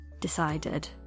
decided